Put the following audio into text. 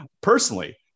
personally